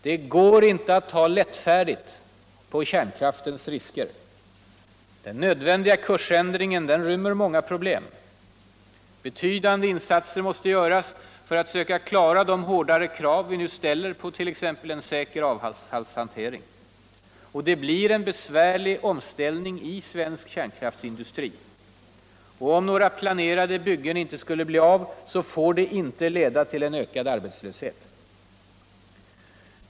Det går inte utt ta lättfärdigt på kärnkraftens risker. Den nödvändiga kursändringen rymmer många problem. Betydande insatser måste göras för att söka klara de hårdare krav vi nu ställer på bl.a. en säker avfallshantering. Det blir också en besvärlig omställning i svensk kärnkraftsindustri. Och om några planerade byggen inte skulle bli av, får det inte leda till en ökad arbetslöshet.